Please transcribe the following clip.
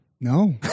no